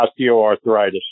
osteoarthritis